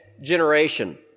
generation